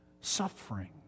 suffering